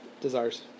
desires